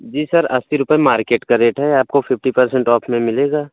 जी sir अस्सी रुपये market का रेट है आपको फिफ्टी परसेन्ट ऑफ में मिलेगा